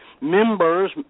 members